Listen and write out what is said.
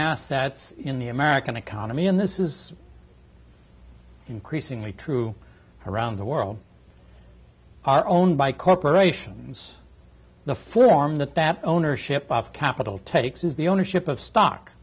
assets in the american economy in this is increasingly true around the world are owned by corporations the form the ownership of capital takes is the ownership of stock